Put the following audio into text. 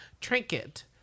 trinket